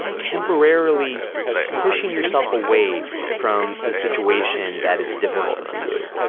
temporarily pushing yourself away from the situation that is difficult for you